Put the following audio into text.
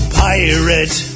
pirate